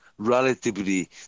relatively